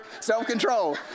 Self-control